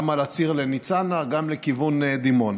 גם על הציר לניצנה וגם לכיוון דימונה.